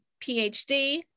PhD